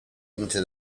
into